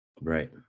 right